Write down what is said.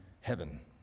Heaven